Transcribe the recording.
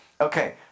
Okay